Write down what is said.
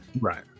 Right